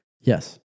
yes